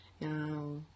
Now